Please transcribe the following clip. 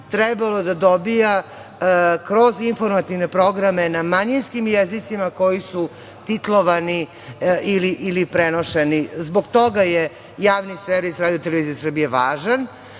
trebalo da dobija kroz informativne programe na manjinskim jezicima koji su titlovani ili prenošeni. Zbog toga je Javni servis RTS važan